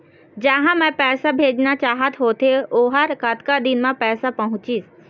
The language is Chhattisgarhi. जहां मैं पैसा भेजना चाहत होथे ओहर कतका दिन मा पैसा पहुंचिस?